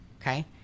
Okay